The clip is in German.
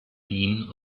wien